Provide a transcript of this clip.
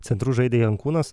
centru žaidė jankūnas